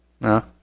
No